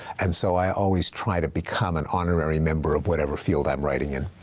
and so i always try to become an honorary member of whatever field i'm writing in.